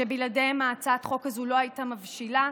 שבלעדיהם הצעת החוק הזו לא הייתה מבשילה.